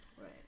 right